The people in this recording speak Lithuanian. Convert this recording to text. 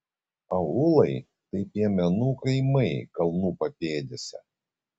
aūlai tai piemenų kaimai kalnų papėdėse